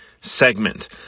segment